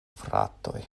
fratoj